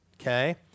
okay